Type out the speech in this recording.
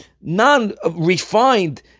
non-refined